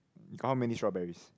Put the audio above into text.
how many strawberries